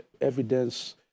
evidence